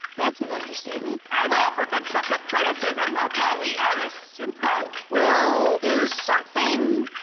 that's an understatement. i'm all for constructive criticism, that's how we artists improve. well. there's something.